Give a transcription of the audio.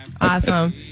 Awesome